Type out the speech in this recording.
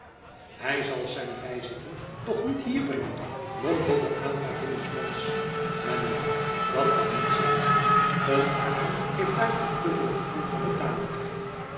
hij zal zijn bijzitten toch niet hier brengen mompelde aylva binnensmonds maar neen dat kan niet zijn een arkel heeft daartoe te veel gevoel van